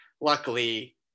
luckily